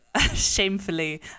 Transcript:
shamefully